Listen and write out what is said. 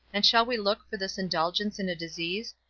and shall we look for this indulgence in a disease,